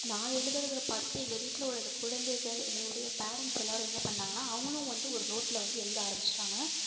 நான் எழுதுறதற பார்த்து எங்கள் வீட்டில் உள்ள இந்த குழந்தைகள் எங்களுடைய பேரென்ட்ஸ் எல்லாரும் என்ன பண்ணாங்களா அவங்களும் வந்து ஒரு நோட்டில் வந்து எழுத ஆரம்பிஷ்ட்டாங்க